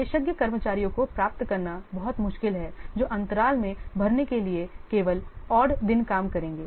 विशेषज्ञ कर्मचारियों को प्राप्त करना बहुत मुश्किल है जो अंतराल में भरने के लिए केवल odd दिन काम करेंगे